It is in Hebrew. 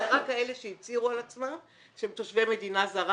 זה רק כאלה שהצהירו על עצמם שהם תושבי מדינה זרה.